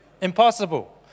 Impossible